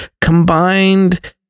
combined